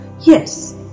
yes